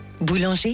Boulanger